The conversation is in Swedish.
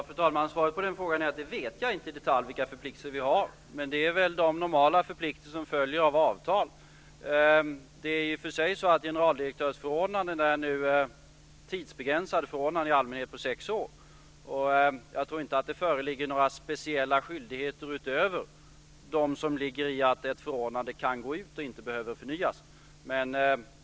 Fru talman! Svaret på den frågan är att jag i detalj inte vet vilka förpliktelser vi har, men det är väl de normala förpliktelser som följer av ett avtal. Generaldirektörsförordnanden är i och för sig tidsbegränsade till i allmänhet sex år. Jag tror inte att det föreligger några speciella skyldigheter utöver dem som ligger i att ett förordnande kan gå ut och inte behöver förnyas.